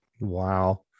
Wow